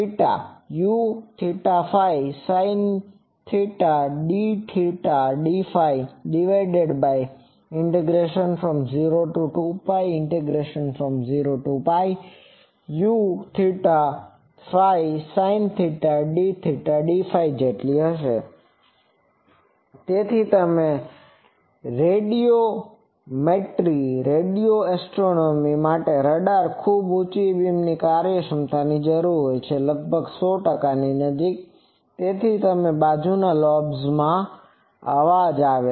તેથી beam efficiency02π0nUθɸsinθdθdɸ02π0Uθɸsinθdθdɸ તેથી radiometry radio astronomy માટે રડાર માટે ખૂબ ઉંચી બીમ કાર્યક્ષમતાની જરૂર હોય છે લગભગ 100 ટકા નજીક છે જેથી બાજુના લોબ્સ માં અવાજ આવે